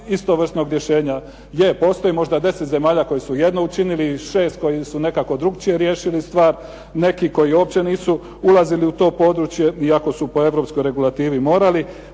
istovrsnog objašnjenja. Je, postoji možda deset zemalja koji su jedno učinili i šest koji su nekako drukčije riješili stvar, neki koji uopće nisu ulazili u to područje iako su po europskoj regulativi morali.